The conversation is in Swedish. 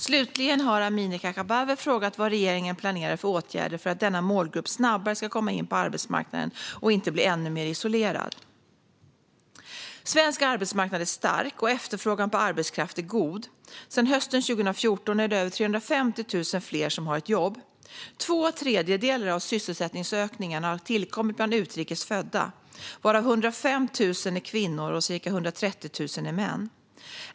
Slutligen har Amineh Kakabaveh frågat vad regeringen planerar för åtgärder för att denna målgrupp snabbare ska komma in på arbetsmarknaden och inte bli ännu mer isolerad. Svensk arbetsmarknad är stark, och efterfrågan på arbetskraft är god. Sedan hösten 2014 är det över 350 000 fler som har ett jobb. Två tredjedelar av sysselsättningsökningen har tillkommit bland utrikes födda, varav cirka 105 000 är kvinnor och cirka 130 000 är män.